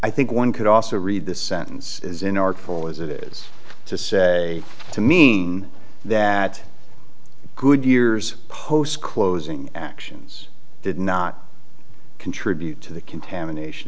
i think one could also read this sentence is in are full as it is to say to me that good years post closing actions did not contribute to the contamination